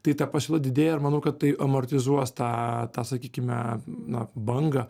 tai ta pasiūla didėja ir manau kad tai amortizuos tą tą sakykime na bangą